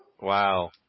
Wow